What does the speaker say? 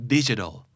Digital